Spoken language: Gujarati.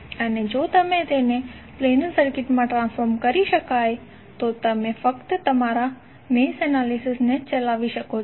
અને જો તેને પ્લેનર સર્કિટમાં ટ્રાન્સફોર્મ કરી શકાય છે તો તમે ફક્ત તમારા મેશ એનાલિસિસ ને ચલાવી શકો છો